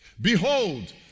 Behold